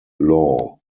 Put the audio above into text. law